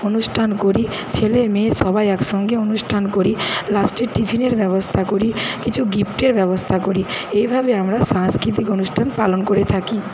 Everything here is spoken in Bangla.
অনুষ্ঠান করি ছেলে মেয়ে সবাই একসঙ্গে অনুষ্ঠান করি লাস্টে টিফিনের ব্যবস্থা করি কিছু গিফটের ব্যবস্থা করি এইভাবে আমরা সাংস্কৃতিক অনুষ্ঠান পালন করে থাকি